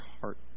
heart